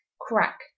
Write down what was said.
Crack